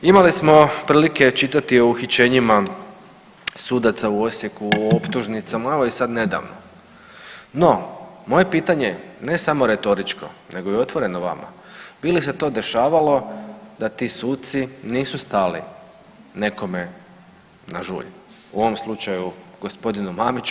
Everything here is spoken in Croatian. Imali smo prilike čitati o uhićenjima sudaca u Osijeku o optužnicama, a evo i sad nedavno, no moje pitanje ne samo retoričko nego i otvoreno vama, bili se to dešavalo da ti suci nisu stali nekome na žulj u ovom slučaju g. Mamiću?